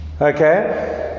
okay